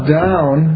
down